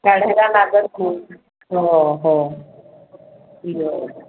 चढायला लागत नाही खूप हो हो बरं